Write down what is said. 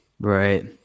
right